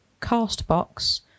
CastBox